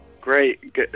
Great